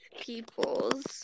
peoples